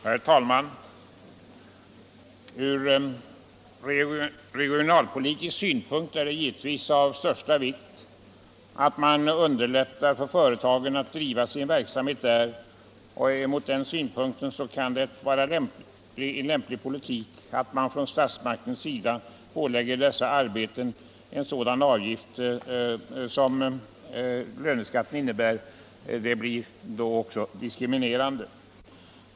Herr talman! Ur regionalpolitisk synpunkt är det givetvis av största vikt att man underlättar för företagen att driva sin verksamhet inom regionen, och mot bakgrund av den synpunkten kan det inte vara en lämplig politik att man från statsmaktens sida pålägger dem en sådan avgift som löneskatten innebär. Den blir då också diskriminerande.